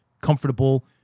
comfortable